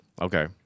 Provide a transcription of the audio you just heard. Okay